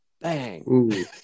Bang